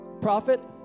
prophet